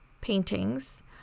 paintings